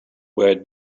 where